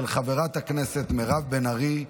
של חברת הכנסת מירב בן ארי,